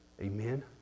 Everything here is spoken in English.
Amen